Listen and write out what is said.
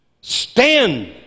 Stand